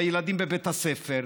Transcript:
והילדים בבית הספר.